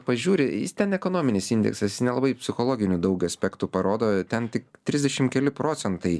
pažiūri jis ten ekonominis indeksas jis nelabai psichologinių daug aspektų parodo ten tik trisdešim keli procentai